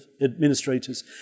administrators